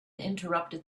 interrupted